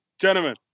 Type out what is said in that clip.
Gentlemen